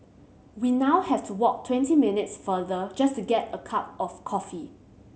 we now have to walk twenty minutes farther just to get a cup of coffee